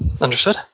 understood